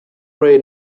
ray